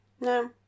no